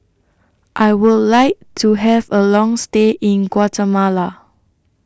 I Would like to Have A Long stay in Guatemala